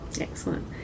Excellent